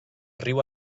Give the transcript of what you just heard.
riu